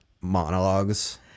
monologues